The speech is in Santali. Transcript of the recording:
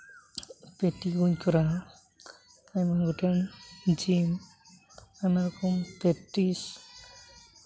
ᱯᱮᱴᱤ ᱠᱩᱧ ᱠᱚᱨᱟᱣᱟ ᱟᱨ ᱟᱭᱢᱟ ᱜᱚᱴᱮᱱ ᱡᱤᱢ ᱟᱭᱢᱟ ᱨᱚᱠᱚᱢ ᱯᱨᱮᱠᱴᱤᱥ